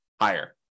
higher